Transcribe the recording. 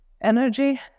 energy